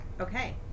Okay